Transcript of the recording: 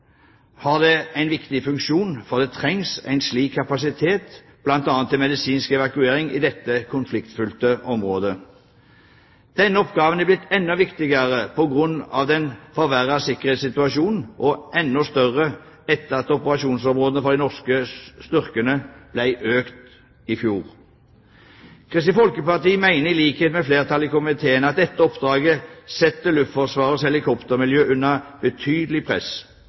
har det en viktig funksjon, for det trengs en slik kapasitet bl.a. til medisinsk evakuering i dette konfliktfylte området. Denne oppgaven er blitt enda viktigere på grunn av den forverrede sikkerhetssituasjonen og enda større etter at operasjonsområdet for de norske styrkene ble økt i fjor. Kristelig Folkeparti mener – i likhet med flertallet i komiteen – at dette oppdraget setter Luftforsvarets helikoptermiljø under betydelig press,